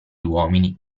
uomini